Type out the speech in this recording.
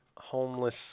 Homeless